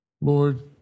Lord